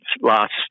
last